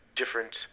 different